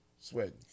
sweating